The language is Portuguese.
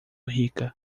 rica